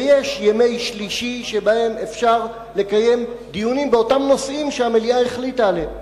ויש ימי שלישי שבהם אפשר לקיים דיונים בנושאים שהמליאה החליטה עליהם.